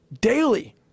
daily